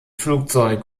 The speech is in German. flugzeug